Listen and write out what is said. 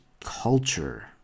Culture